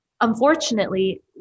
unfortunately